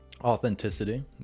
Authenticity